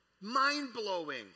Mind-blowing